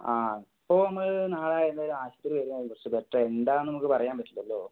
ആ അപ്പോൾ നമ്മൾ നാളെ എന്തായാലും ആശുപത്രിയിൽ വരുന്നതായിരിക്കും കുറച്ചു ബെറ്ററ് എന്താന്നു നമുക്ക് പറയാൻ പറ്റില്ലല്ലോ